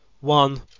one